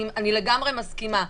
אני לגמרי מסכימה,